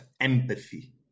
empathy